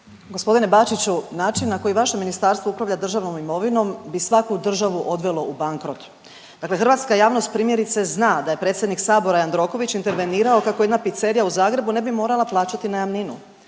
Gospodine Bačiću način na koje vaše ministarstvo upravlja državnom imovinom, bi svaku državu odvelo u bankrot. Dakle hrvatska javnost primjerice zna da je predsjednik sabora Jandroković intervenirao kako jedna pizzerija u Zagrebu ne bi morala plaćati najamninu.